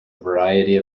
variety